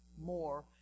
More